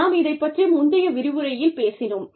நாம் இதைப் பற்றி முந்தைய விரிவுரையில் பேசினோம்